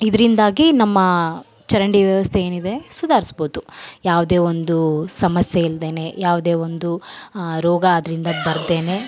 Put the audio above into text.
ಇದ್ರಿಂದಾಗಿ ನಮ್ಮ ಚರಂಡಿ ವ್ಯವಸ್ಥೆ ಏನಿದೆ ಸುಧಾರ್ಸ್ಬೋದು ಯಾವುದೇ ಒಂದು ಸಮಸ್ಯೆ ಇಲ್ದೇ ಯಾವುದೇ ಒಂದು ರೋಗ ಅದ್ರಿಂದ ಬರ್ದೇ